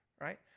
right